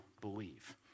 believe